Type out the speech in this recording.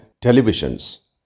televisions